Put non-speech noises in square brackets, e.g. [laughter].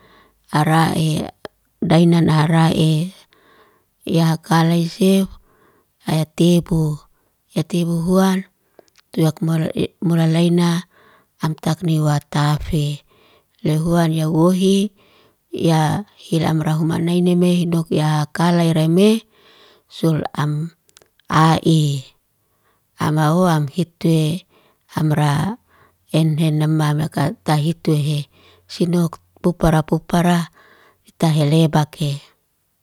Ara e dainan arae, ya hakalai seu, ya tebu. Ya tebu huan tuak mola e [hesitation] molalaina am takni watafe. Lehuan ya huwohi, ya hil amra humanaine mehin dokya hakalay reme, sul am ai. Ama'oa am hit twe, amra enhe nam'ma amra tahitu tuhe. Sinouk bokbara bokbara tahele bakehe.